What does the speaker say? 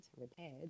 repaired